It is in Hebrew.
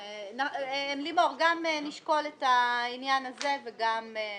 לימור, גם נשקול את העניין הזה וגם נראה.